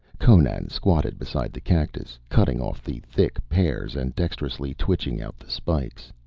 conan squatted beside the cactus, cutting off the thick pears and dexterously twitching out the spikes.